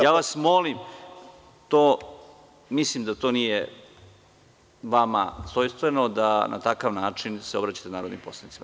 Ja vas molim, mislim da to nije vama svojstveno da se na takav način obraćate narodnim poslanicima.